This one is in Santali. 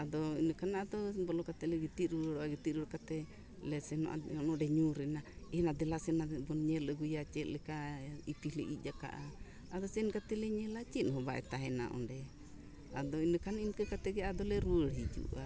ᱟᱫᱚ ᱤᱱᱟᱹ ᱠᱷᱟᱱ ᱟᱫᱚ ᱵᱚᱞᱚ ᱠᱟᱛᱮ ᱞᱮ ᱜᱤᱛᱤᱡ ᱨᱩᱣᱟᱹᱲᱚᱜᱼᱟ ᱜᱤᱛᱤᱡ ᱨᱩᱣᱟᱹᱲ ᱠᱟᱛᱮ ᱞᱮ ᱥᱮᱱᱚᱜᱼᱟ ᱚᱸᱰᱮ ᱧᱩᱨᱮᱱᱟ ᱮᱱᱟ ᱫᱮᱞᱟ ᱥᱮᱱᱟ ᱵᱚᱱ ᱧᱮᱞ ᱟᱹᱜᱩᱭᱟ ᱪᱮᱫ ᱞᱮᱠᱟ ᱤᱛᱤᱞᱮ ᱤᱡ ᱟᱠᱟᱼᱟ ᱟᱫᱚ ᱥᱮᱱ ᱠᱟᱛᱮ ᱞᱮ ᱧᱮᱞᱟ ᱪᱮᱫ ᱦᱚᱸ ᱵᱟᱭ ᱛᱟᱦᱮᱱᱟ ᱚᱸᱰᱮ ᱟᱫᱚ ᱤᱱᱟᱹᱠᱷᱟᱱ ᱤᱱᱠᱟᱹ ᱠᱟᱛᱮ ᱜᱮ ᱟᱫᱚ ᱞᱮ ᱨᱩᱭᱟᱹᱲ ᱦᱤᱡᱩᱜᱼᱟ